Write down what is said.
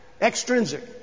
Extrinsic